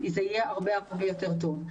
זה יהיה הרבה יותר טוב.